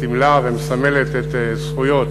סימלה ומסמלת את זכויות